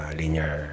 linear